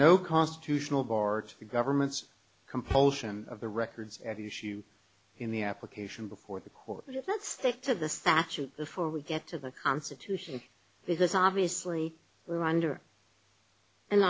no constitutional bart the government's compulsion of the records at issue in the application before the court that stick to the statute before we get to the constitution because obviously we're under an